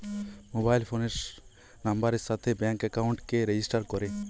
mobile ফোনের নাম্বারের সাথে ব্যাঙ্ক একাউন্টকে রেজিস্টার করে